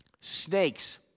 snakes